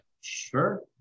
Sure